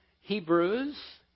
Hebrews